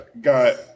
got